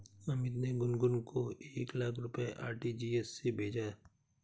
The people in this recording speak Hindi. अमित ने गुनगुन को एक लाख रुपए आर.टी.जी.एस से भेजा